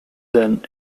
than